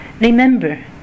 Remember